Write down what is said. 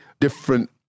different